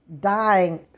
dying